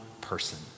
person